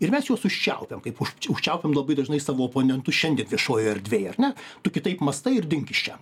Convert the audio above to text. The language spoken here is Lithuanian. ir mes juos užčiaupiam kaip už užčiaupiam labai dažnai savo oponentus šiandien viešojoj erdvėj ar ne tu kitaip mąstai ir dink iš čia